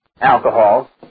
Alcohol